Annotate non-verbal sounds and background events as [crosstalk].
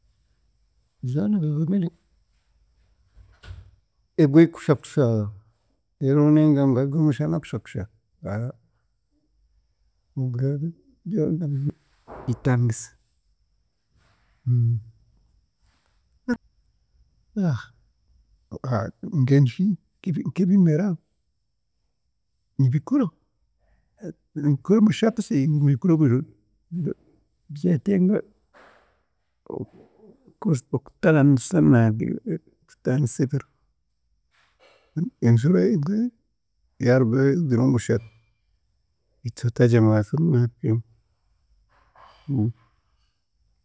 [unintelligible] bigumire, egwe kusha kusha reero nenga mbaga omushana kusha kusha [unintelligible] ha mbwenushi nk'ebi- nk'ebimera nibikura [unintelligible] nibyetenga oku- okutaanisa [unintelligible] okutaanisa ebiro. Enjura egwe yaarugaho bigire omushana bitu hataagiira ngu haazaho. [unintelligible]